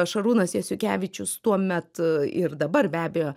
šarūnas jasiukevičius tuomet ir dabar be abejo